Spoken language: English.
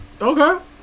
okay